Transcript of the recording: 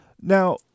Now